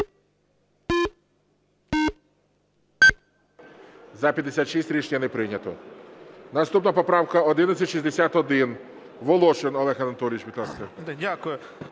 За-56 Рішення не прийнято. Наступна поправка 1161, Волошин Олег Анатолійович, будь